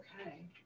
okay